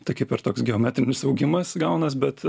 tai kaip ir toks geometrinis augimas gaunas bet